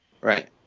Right